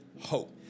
hope